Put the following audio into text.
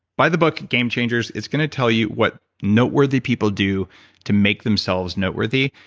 buy the book game changers, it's going to tell you what noteworthy people do to make themselves noteworthy,